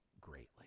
greatly